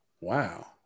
Wow